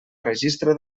registre